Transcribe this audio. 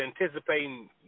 anticipating